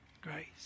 grace